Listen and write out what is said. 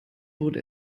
wurde